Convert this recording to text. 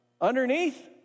Underneath